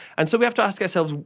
and so we have to ask ourselves,